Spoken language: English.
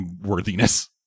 worthiness